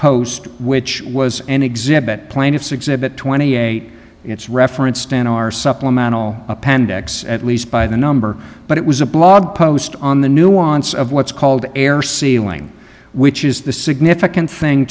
post which was an exhibit plaintiff's exhibit twenty eight it's referenced in our supplemental appendix at least by the number but it was a blog post on the nuance of what's called air ceiling which is the significant thing